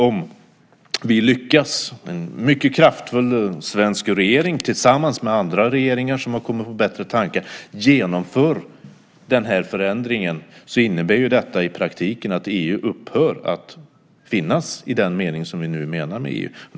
Om vi lyckas, och en mycket kraftfull svensk regering tillsammans med andra regeringar som har kommit på bättre tankar genomför den här förändringen, innebär detta i praktiken att EU upphör att finnas i den mening som vi nu menar med EU.